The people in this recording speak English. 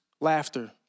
laughter